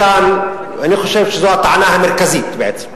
אני חושב שזו הטענה המרכזית, בעצם.